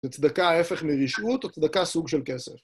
זו צדקה ההפך מרשעות או צדקה סוג של כסף.